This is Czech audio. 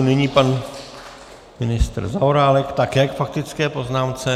Nyní pan ministr Zaorálek, také k faktické poznámce.